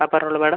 ആ പറഞ്ഞോളൂ മാഡം